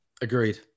Agreed